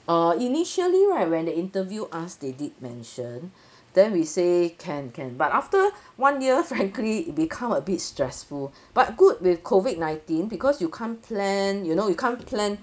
uh initially right when they interview us they did mention then we say can can but after one year frankly it become a bit stressful but good with COVID nineteen because you can't plan you know you can't plan